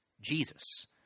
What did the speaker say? Jesus